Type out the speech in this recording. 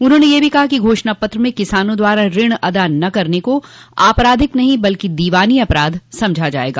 उन्होंने यह भी कहा कि घोषणा पत्र में किसानों द्वारा ऋण अदा न करने को आपराधिक नहीं बल्कि दोवानी अपराध समझा जाएगा